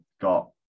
got